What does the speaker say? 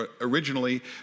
originally